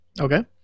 Okay